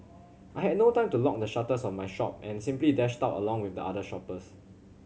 I had no time to lock the shutters of my shop and simply dashed out along with the other shoppers